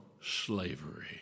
slavery